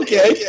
Okay